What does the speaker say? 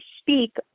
speak